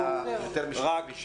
לדבר על שני נושאים.